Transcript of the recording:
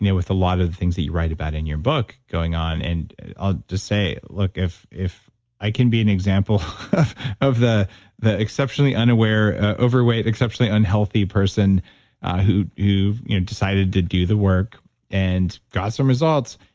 yeah with a lot of the things that you write about in your book going on. and i'll just say, look, if if i can be an example of the the exceptionally unaware, overweight, exceptionally unhealthy person who who you know decided to do the work and got some results,